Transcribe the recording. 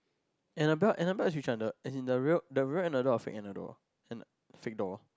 Annabelle Annabelle is which one the as in the real the real Anna doll or fake Anna doll and fake doll